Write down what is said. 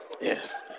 yes